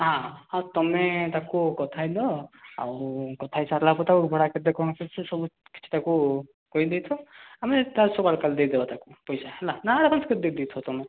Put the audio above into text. ହଁ ହଁ ହଁ ତୁମେ ତାକୁ କଥା ହେଇଦିଅ ଆଉ କଥା ହୋଇସାରିଲା ପରେ ତାକୁ ଭଡ଼ା କେତେ କ'ଣ ଛିଡ଼ୁଛି ସବୁ କିଛି ତାକୁ କହିଦେଇଥାଅ ଆମେ ତା ସକାଳେ କାଲି ଦେଇଦେବା ତାକୁ ପଇସା ହେଲା ନାଁ ନାଁ କାଲି ଦେଇ ଦେଇଥିବ ତୁମେ